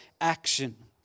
action